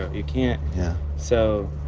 you can't. yeah. so.